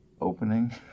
opening